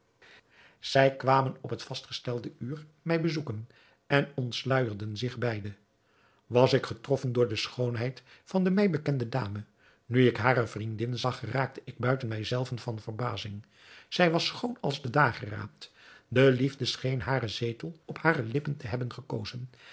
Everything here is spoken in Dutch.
zij kwamen op het vastgestelde uur mij bezoeken en ontsluijerden zich beide was ik getroffen door de schoonheid van de mij bekende dame nu ik hare vriendin zag geraakte ik buiten mij zelven van verbazing zij was schoon als de dageraad de liefde scheen haren zetel op hare lippen te hebben gekozen